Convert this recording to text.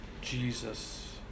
Jesus